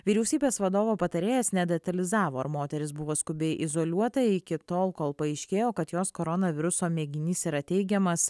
vyriausybės vadovo patarėjas nedetalizavo ar moteris buvo skubiai izoliuota iki tol kol paaiškėjo kad jos koronaviruso mėginys yra teigiamas